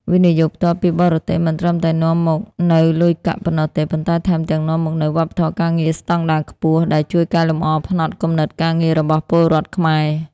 វិនិយោគផ្ទាល់ពីបរទេស មិនត្រឹមតែនាំមកនូវលុយកាក់ប៉ុណ្ណោះទេ ប៉ុន្តែថែមទាំងនាំមកនូវ "វប្បធម៌ការងារស្ដង់ដារខ្ពស់" ដែលជួយកែលម្អផ្នត់គំនិតការងាររបស់ពលរដ្ឋខ្មែរ។